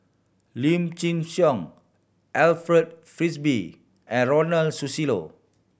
Lim Chin Siong Alfred Frisby and Ronald Susilo